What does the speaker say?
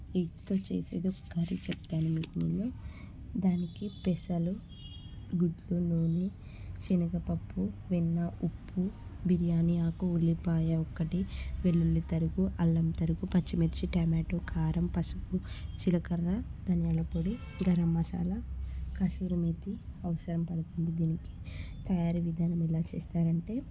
ఎగ్తో చేసేది ఒక కర్రీ చెప్తాను మీకు నెను దానికి పెసలు గుడ్లు నూనె శనగపప్పు వెన్నఉప్పు బిర్యానీ ఆకు ఉల్లిపాయ ఒక్కటి వెల్లుల్లి తరుగు అల్లం తరుగు పచ్చిమిర్చి టమాటో కారం పసుపు జీలకర్ర ధనియాల పొడి గరం మసాలా కసూరి మేతి అవసరం పడుతుంది దీనికి తయారీ విధానం ఎలా చేస్తారు అంటే